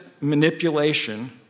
manipulation